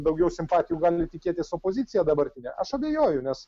daugiau simpatijų gali tikėtis opozicija dabartinė aš abejoju nes